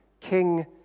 King